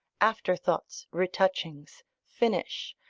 afterthoughts, retouchings, finish,